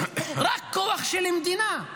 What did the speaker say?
רק כוח של המדינה,